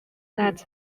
that